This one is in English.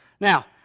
Now